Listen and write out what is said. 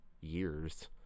years